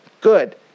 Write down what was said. good